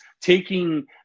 taking